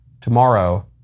tomorrow